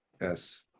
yes